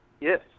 Yes